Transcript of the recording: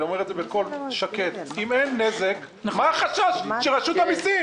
ואני אומר את זה בקול שקט: אם אין נזק אז מה החשש של רשות המסים?